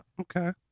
Okay